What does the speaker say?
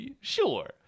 Sure